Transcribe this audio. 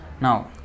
Now